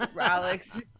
Alex